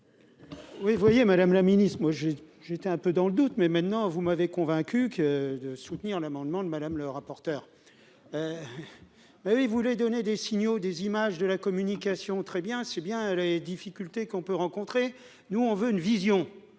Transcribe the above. Oui, vous voyez, Madame la Ministre, moi j'ai, j'étais un peu dans le doute, mais maintenant, vous m'avez convaincu que de soutenir l'amendement de Madame le rapporteur, ben oui, vous voulez donner des signaux, des images de la communication, très bien, c'est bien les difficultés qu'on peut rencontrer, nous on veut une vision